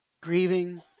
Grieving